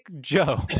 Joe